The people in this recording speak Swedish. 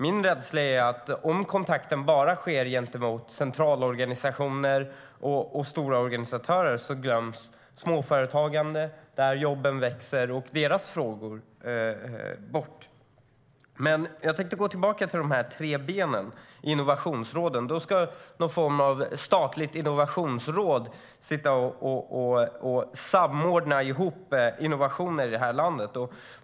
Min rädsla är att småföretagandet, där jobben växer, och deras frågor glöms bort om kontakten bara sker gentemot centralorganisationer och stora organisatörer. Jag tänkte gå tillbaka till de tre benen. När det gäller innovationsråden ska någon form av statligt innovationsråd sitta och samordna innovationer i det här landet.